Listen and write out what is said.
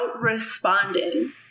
responding